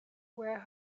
were